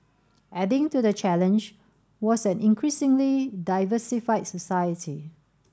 adding to the challenge was an increasingly diversified society